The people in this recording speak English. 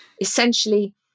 essentially